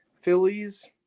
Phillies